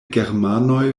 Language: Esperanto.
germanoj